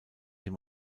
dem